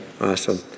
Awesome